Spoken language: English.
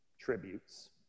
tributes